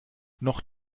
noch